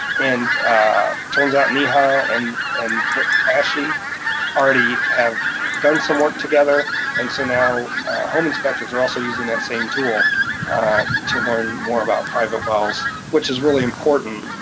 and turns out neha and and the ashi already have done some work together. and so now home inspectors are also using that same tool to learn more about private wells which is really important.